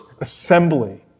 assembly